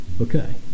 okay